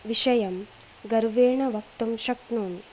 विषयं गर्वेण वक्तुं शक्नोमि